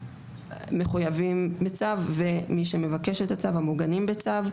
מחויבים בצו ומי שמבקש את הצו, המוגנים בצו.